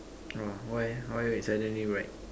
orh why ah why we suddenly ride